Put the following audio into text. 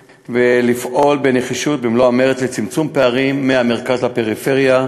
לפעול בנחישות ובמלוא המרץ לצמצום פערים בין המרכז לפריפריה,